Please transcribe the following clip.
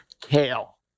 kale